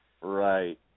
Right